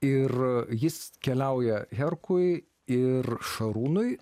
ir jis keliauja herkui ir šarūnui